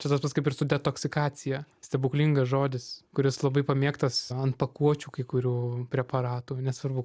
čia tas pats kaip ir su detoksikacija stebuklingas žodis kuris labai pamėgtas ant pakuočių kai kurių preparatų nesvarbu